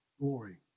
glory